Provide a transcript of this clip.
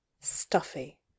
stuffy